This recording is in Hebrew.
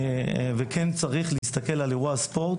וכן צריך להסתכל על אירוע ספורט,